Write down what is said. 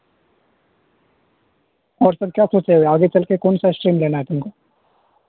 اور سر کیا سوچیں آگے چل کے کون سا اسٹریم لینا آپ کو